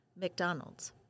McDonald's